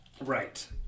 right